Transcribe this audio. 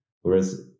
whereas